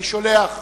אני שולח